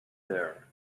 there